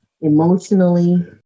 emotionally